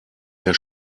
der